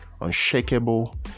unshakable